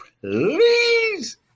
please